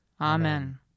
Amen